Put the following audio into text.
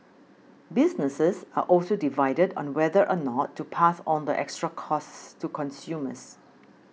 businesses are also divided on whether or not to pass on the extra costs to consumers